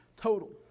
total